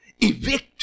Evict